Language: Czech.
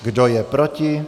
Kdo je proti?